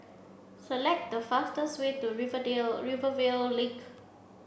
select the fastest way to Rivervale Link